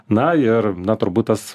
na ir na turbūt tas